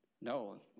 No